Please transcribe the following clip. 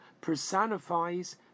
personifies